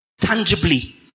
tangibly